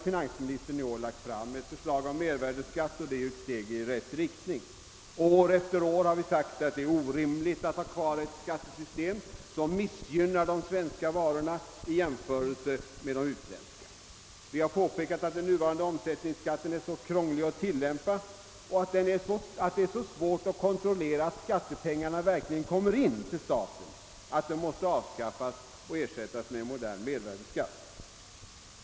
Finansministern har i år lagt fram ett förslag om mervärdeskatt, vilket är ett steg i rätt riktning. År efter år har från vårt håll framhållits att det är orimligt att ha kvar ett skattesystem, som missgynnar de svenska varorna i jämförelse med de utländska. Vi har påpekat att den nuvarande omsättningsskatten är för krånglig att tillämpa och att det är så svårt att kontrollera att skattepengarna verkligen kommer in till staten, att omsättningsskatten måste avskaffas och ersättas med en modern mervärdeskatt.